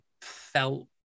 felt